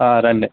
ఆ రండి